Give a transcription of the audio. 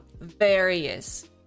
various